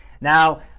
Now